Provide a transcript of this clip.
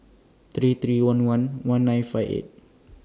three three one one one nine five eight